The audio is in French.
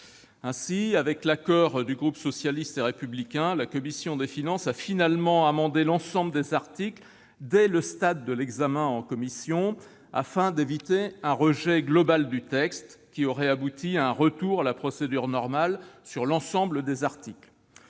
posée. Avec l'accord du groupe socialiste et républicain, la commission des finances a finalement amendé l'ensemble des articles dès le stade de l'examen en commission, afin d'éviter un rejet global du texte, qui aurait abouti à un retour à la procédure normale sur l'ensemble des articles.